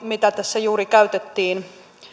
mitä tässä juuri käytettiin